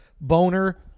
boner